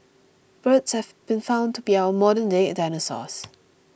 birds have been found to be our modernday dinosaurs